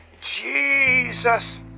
Jesus